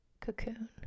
cocoon